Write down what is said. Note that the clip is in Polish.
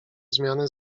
zmiany